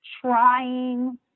trying